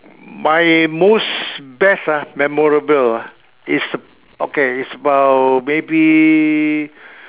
my most best ah memorable ah is okay it's uh maybe